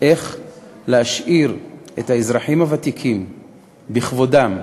להשאיר את האזרחים הוותיקים בכבודם,